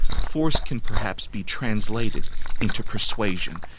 force can perhaps be translated into persuasion,